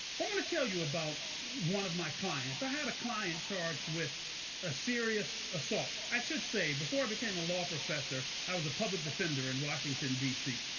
i'm going to tell you about one of my clients. i had a client charged with a serious assault. i should say, before i became a law professor, i was a public defender in washington, dc.